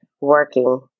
working